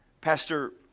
Pastor